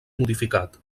modificat